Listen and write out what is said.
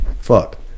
Fuck